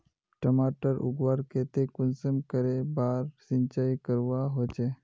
टमाटर उगवार केते कुंसम करे बार सिंचाई करवा होचए?